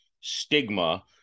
stigma